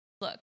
look